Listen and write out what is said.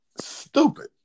Stupid